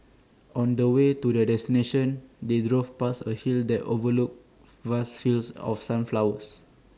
on the way to their destination they drove past A hill that overlooked vast fields of sunflowers